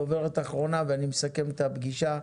דוברת אחרונה ואני מסכם את הפגישה,